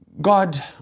God